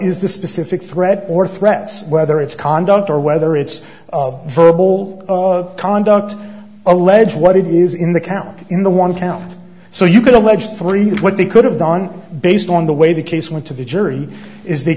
is the specific threat or threats whether it's conduct or whether it's verbal of conduct alleged what it is in the count in the one count so you can allege three what they could have done based on the way the case went to the jury is they